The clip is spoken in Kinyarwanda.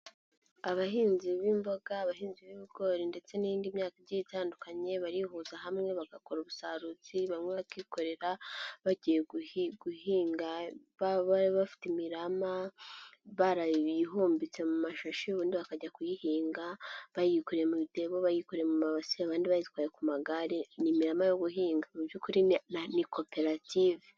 Abahinzi b'imboga abahinzi b'ibigori ndetse n'indi myaka igiye itandukanye barihuza hamwe bagakora ubusarutsi bamwe bakikorera bagiye guhinga bafite imirama barayihumbitse mu mashashi ubundi bakajya kuyihinga bayikoreye mu bitebo bayikoreye mu mabasi abandi bayitwaye ku magare n' imirima yo guhinga mu by'ukuri na ni koperative.